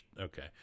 okay